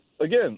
again